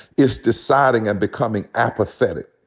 it's deciding and becoming apathetic.